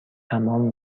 تمام